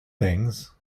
things